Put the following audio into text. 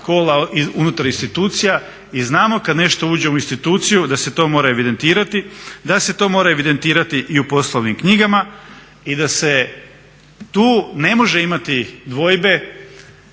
kola unutar institucija i znamo kad nešto uđe u instituciju da se to mora evidentirati, da se to mora evidentirati i u poslovnim knjigama i da se tu ne može imati dvojbe,